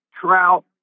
trout